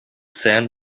sand